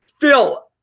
Phil